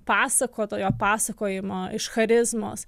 pasakotojo pasakojimo iš charizmos